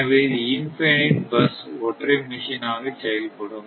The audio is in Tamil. எனவே இது இன்பினேட் பஸ் ஒற்றை மெஷின் ஆக செயல்படும்